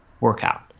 workout